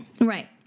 Right